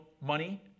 money